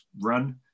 run